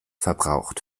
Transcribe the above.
verbraucht